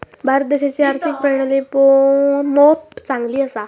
भारत देशाची आर्थिक प्रणाली मोप चांगली असा